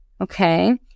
okay